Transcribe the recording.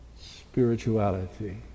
spirituality